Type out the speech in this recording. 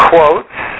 Quotes